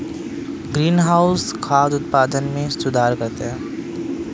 greenhouse खाद्य उत्पादन में सुधार करता है